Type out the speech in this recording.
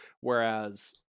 whereas